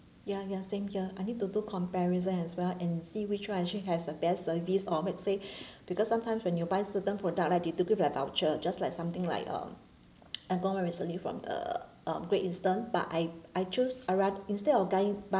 ya ya same here I need to do comparison as well and see which one actually has the best service or let's say because sometimes when you buy certain product right they do give like voucher just like something like uh I bought one recently from uh uh Great Eastern but I I chose instead of buying but